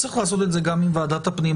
צריך לעשות את זה גם עם ועדת הפנים,